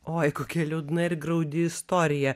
oi kokia liūdna ir graudi istorija